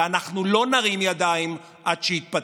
ואנחנו לא נרים ידיים עד שיתפטר.